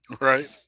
Right